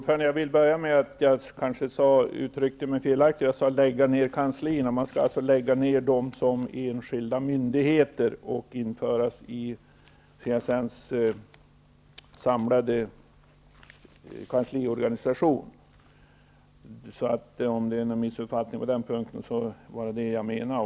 Fru talman! Jag kanske uttryckte mig felaktigt. Jag sade ''lägga ned kanslierna''. Det är alltså fråga om att lägga ned dem som enskilda myndigheter och sedan införa dem i CSN:s samlade kansliorganisation. Om det råder någon missuppfattning på den punkten är det vad jag menar.